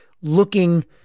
looking